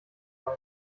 ein